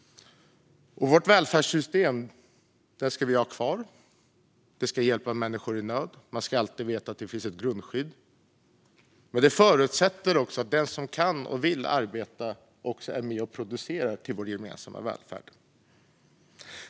Vårt välfärdssystem ska vi ha kvar. Det ska hjälpa människor i nöd. Man ska alltid veta att det finns ett grundskydd. Men det förutsätter att den som kan och vill arbeta också är med och producerar till vår gemensamma välfärd.